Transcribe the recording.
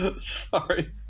Sorry